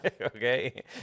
Okay